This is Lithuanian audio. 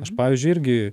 aš pavyzdžiui irgi